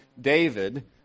David